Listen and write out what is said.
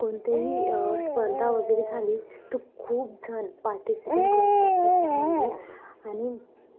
कोणतेही स्पर्धा वगैरे झाली तो खूप जण पार्टिसिपेंट करत असतात त्यामध्ये आणि